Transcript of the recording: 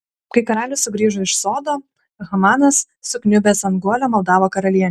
kai karalius sugrįžo iš sodo hamanas sukniubęs ant guolio maldavo karalienę